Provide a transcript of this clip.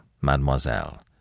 mademoiselle